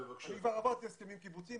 אני כבר עברתי הסכמים קיבוציים,